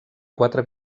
quatre